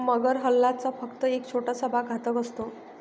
मगर हल्ल्याचा फक्त एक छोटासा भाग घातक असतो